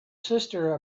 sister